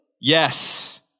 Yes